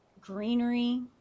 greenery